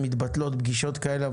שמתבטלות פגישות כאלה,